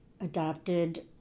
adopted